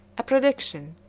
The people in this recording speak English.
a prediction,